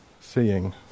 seeing